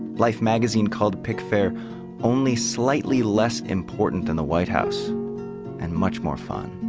life magazine called pickfair only slightly less important than the white house and much more fun.